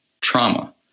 trauma